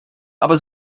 aber